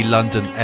London